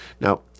Now